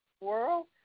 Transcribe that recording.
world